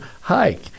hike